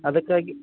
ಅದಕ್ಕಾಗಿ